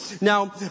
Now